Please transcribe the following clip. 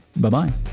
Bye-bye